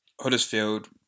Huddersfield